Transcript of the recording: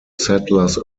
settlers